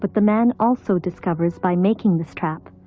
but the man also discovers, by making this trap,